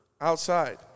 outside